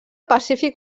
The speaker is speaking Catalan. pacífic